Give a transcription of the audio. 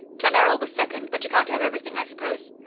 klanerol was second, but you can't have everything, i suppose.